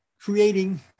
Creating